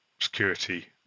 security